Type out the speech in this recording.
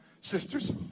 Sisters